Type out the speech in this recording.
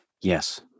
yes